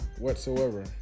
whatsoever